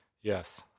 Yes